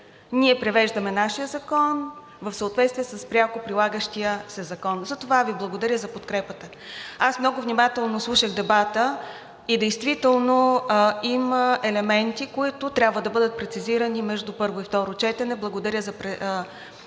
ние привеждаме нашия закон в съответствие с пряко прилагащия се закон. Затова Ви благодаря за подкрепата. Аз много внимателно слушах дебата и действително има елементи, които трябва да бъдат прецизирани между първо и второ четене. Благодаря за предложенията,